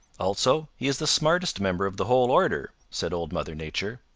also he is the smartest member of the whole order, said old mother nature.